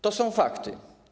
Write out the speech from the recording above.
To są fakty.